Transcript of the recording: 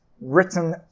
written